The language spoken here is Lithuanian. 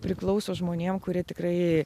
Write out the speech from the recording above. priklauso žmonėm kurie tikrai